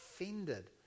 offended